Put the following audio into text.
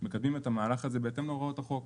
מקדמים את המהלך הזה בהתאם להוראות החוק.